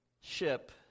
ship